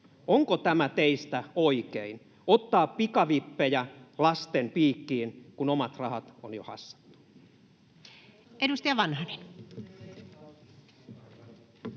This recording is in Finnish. Onko tämä teistä oikein, ottaa pikavippejä lasten piikkiin, kun omat rahat on jo hassattu?